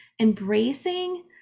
embracing